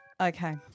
Okay